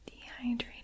dehydrated